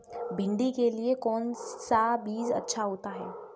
भिंडी के लिए कौन सा बीज अच्छा होता है?